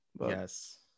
yes